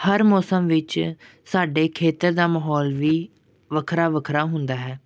ਹਰ ਮੌਸਮ ਵਿੱਚ ਸਾਡੇ ਖੇਤਰ ਦਾ ਮਾਹੌਲ ਵੀ ਵੱਖਰਾ ਵੱਖਰਾ ਹੁੰਦਾ ਹੈ